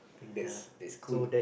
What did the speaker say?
think that's that's cool